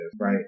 right